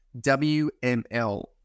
WML